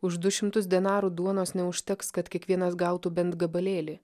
už du šimtus denarų duonos neužteks kad kiekvienas gautų bent gabalėlį